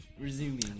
Resuming